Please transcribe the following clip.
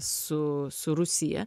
su su rusija